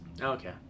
Okay